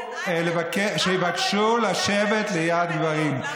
שיבקשו לשבת ליד גברים.